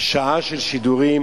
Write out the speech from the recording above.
שעה של שידורים,